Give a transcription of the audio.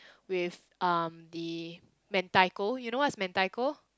with um the mentaiko you know what's mentaiko